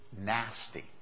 nasty